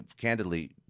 candidly